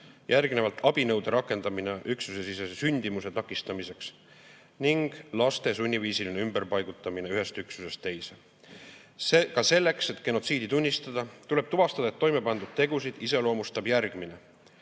abinõude rakendamine üksusesisese sündimuse takistamiseks, ning [viiendaks,] laste sunniviisiline ümberpaigutamine ühest üksusest teise. Selleks, et genotsiidi tunnistada, tuleb tuvastada, et toimepandud tegusid iseloomustab järgmine.